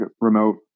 remote